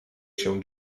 się